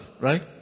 right